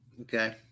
Okay